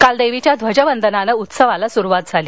काल देवीच्या ध्वजवंदनानं उत्सवाला सुरुवात झाली